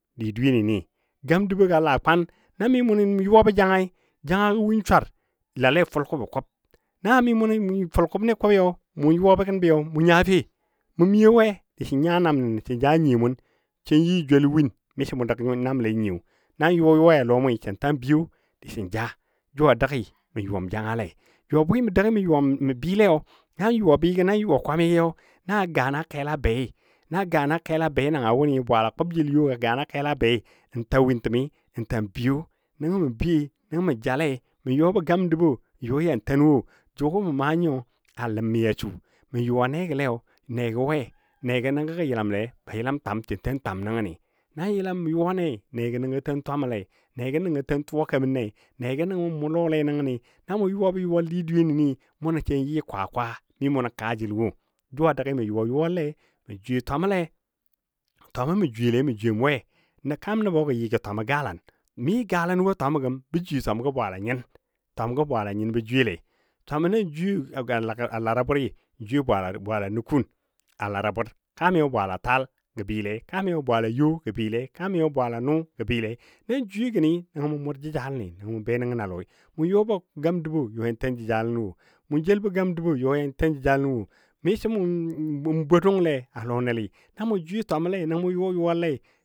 Di dweyeni gamdəbo ga a la kwan na mi mʊ nə mu yuwa jangai janga gɔ win swar lale fʊlkʊbo kʊb fʊlkʊbni kʊbbi mʊ yʊwa gən biyo mʊ nya fe miyo we sən nya nam sən ja nyiyo mun, sai yi joullo win miso mu dəg namle a nyiyo nan yuwa yuwai a lɔmui sən tan biyo disən ja jʊ a dəgi mə yuwam janga lei jʊ bwɨ dəgi mə yuwa bi lei nan yuwa bɨ yuwa kwamigi na gana kela bei na wʊnɨ, gana kela bei na wʊnɨ bwaala kʊbjeli yo bei ta win təmi tan biyo nəngɔ mə biyoi mə jale mə you bɔ gamidəbo yɔ yan ten wo jʊ gɔ mə maa nyiyo a ləmmi a su mə yuwa negɔ lei nego we negɔ nəngo ga yəlamle ba yəlam twam sən ten twamo nən gəni, na yuwa ne negɔ nəngo ten twamle negɔ nəngɔ ten tuw kemanle, negɔ nəngo mu lɔ le nəngən ni na mu yuwa bə yuwal di dweyeni mʊno sai yɨ kwa kwa mi mʊ nə kaa jəl wo jʊ a dəgi mə yuwa yuwal le mə jwiyo twamɔ le, twamə mə jwiyole mə jwiyom we nə kam nəbɔ yɨ gə twamɔ galan mi galan wo a twamɔ gəm bə jwiyo twamgo bwaala nyin twamgɔ bwaala nyin bɔ jwiyole lei twam nan jwiyo a lara buri jwiyo bwaala nukun alara bur kami bwala taal gə bɨi lei kami bwala yo gə bɨ lei kami bwala nʊ, nan go mu mur jəjalənə mu benin a lɔi mu jelbɔ gamdəbo yan ten jəjalən wo misa mu bo dunle a lɔ nəli